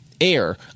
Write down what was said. air